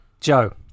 Joe